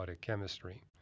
chemistry